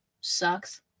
sucks